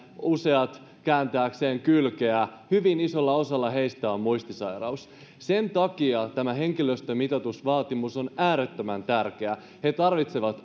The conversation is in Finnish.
useat kääntääkseen kylkeä hyvin isolla osalla heistä on muistisairaus sen takia tämä henkilöstömitoitusvaatimus on äärettömän tärkeä he tarvitsevat